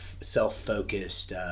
self-focused